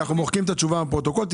אנחנו מוחקים את התשובה מהפרוטוקול.